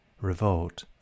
revolt